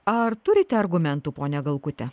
ar turite argumentų ponia galkute